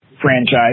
franchise